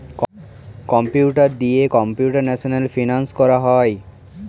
computer দিয়ে computational finance করা হয়